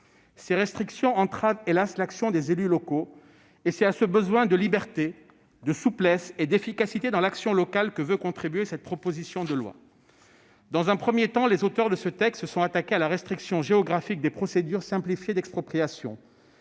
Ces restrictions entravent, hélas !, l'action des élus locaux. C'est à ce besoin de liberté, de souplesse et d'efficacité dans l'action locale que veut contribuer cette proposition de loi. Dans un premier temps, les auteurs de ce texte se sont attaqués à la restriction géographique des procédures simplifiées d'expropriation.